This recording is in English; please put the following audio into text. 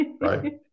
right